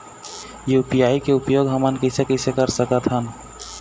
UPI के उपयोग हमन कैसे कैसे कर सकत हन?